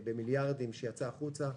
במיליארדים שיצאה החוצה,